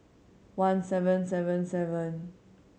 one seven seven seven